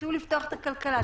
תתחילו לפתוח את הכלכלה,